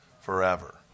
Forever